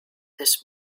this